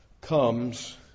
comes